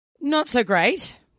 not-so-great